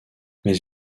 mais